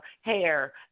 hair